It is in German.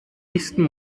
nächsten